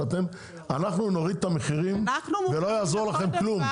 אנחנו נוריד את המחירים ולא יעזור לכם כלום.